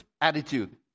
attitude